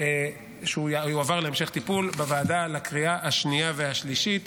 ושהוא יועבר להמשך טיפול בוועדה לקריאה השנייה והשלישית